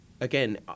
Again